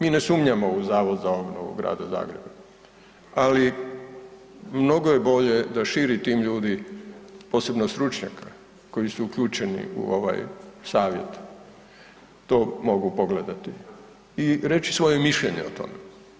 Mi ne sumnjamo u Zavod za obnovu grada Zagreba ali mnogo je bolje da širi tim ljudi posebno stručnjaka koji su uključeni u ovaj savjet, to mogu pogledati i reći svoje mišljenje o tome.